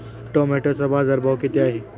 टोमॅटोचा बाजारभाव किती आहे?